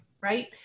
right